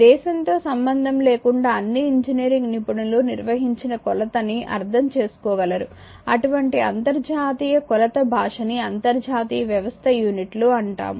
దేశంతో సంబంధం లేకుండా అన్ని ఇంజనీరింగ్ నిపుణులు నిర్వహించిన కొలతని అర్థం చేసుకోగలరు అటువంటి అంతర్జాతీయ కొలత భాషని అంతర్జాతీయ వ్యవస్థ యూనిట్లు అంటాము